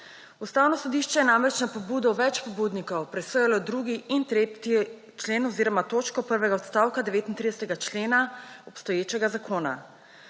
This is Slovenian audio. Ustavno sodišče je namreč na pobudo več pobudnikov presojalo 2. in 3. točko prvega odstavka 39. člena obstoječega zakona.